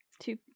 Two